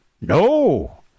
No